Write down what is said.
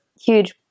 huge